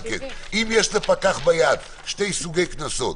אם יש לפקח ביד שני סוגי קנסות